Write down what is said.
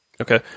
Okay